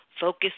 Focus